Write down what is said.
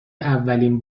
اولین